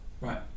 Right